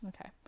Okay